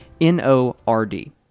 N-O-R-D